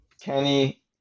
Kenny